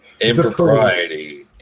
Impropriety